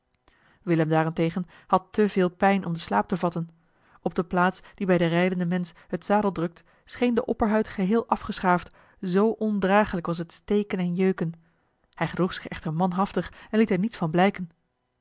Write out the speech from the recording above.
willem daarentegen had te veel pijn om den slaap te vatten op de plaats die bij den rijdenden mensch het zadel drukt scheen de opperhuid geheel afgeschaafd zoo ondraaglijk was het steken en jeuken hij gedroeg zich echter manhaftig en liet er niets van blijken